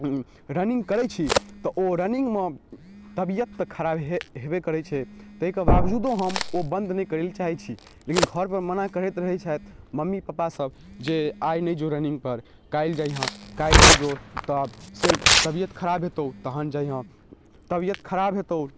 running करै छी तऽ ओ रनिंगमे तबियत तऽ खराब हेबे हेबे करै छै तैके बावजूदो हम ओ बन्द नहि करै लए चाहै छी लेकिन घरमे मना करैत रहै छथि मम्मी पप्पा सब जे आइ नहि जो रनिंगपर काल्हि जैहाँ काल्हि नहि जो आब से तबियत खराब हेतौ से तबियत खराब हेतौ तहन से जैहाँ तबियत खराब हेतौ